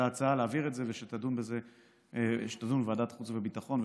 את ההצעה להעביר את זה לדיון בוועדת חוץ וביטחון,